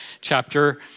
chapter